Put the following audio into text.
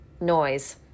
noise